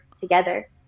together